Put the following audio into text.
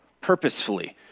purposefully